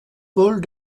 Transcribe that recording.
paul